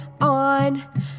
on